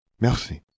Merci